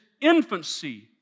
infancy